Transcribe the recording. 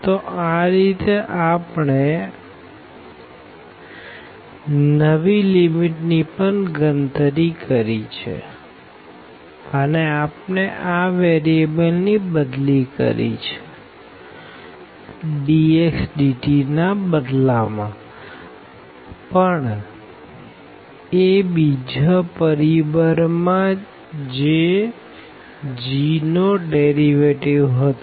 તો આ રીતે આપણે નવી લીમીટ ની પણ ગણતરી કરી છે અને આપણે આ વેરીએબલ ની બદલી કરી છે dx dt ના બદલા માં પણ એ બીજા પરિબળ માં જે g નો ડેરીવેટીવ હતી